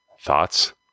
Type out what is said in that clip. Thoughts